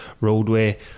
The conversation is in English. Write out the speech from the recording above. roadway